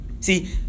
See